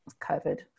COVID